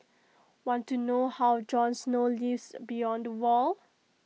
want to know how Jon snow lives beyond the wall